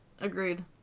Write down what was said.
Agreed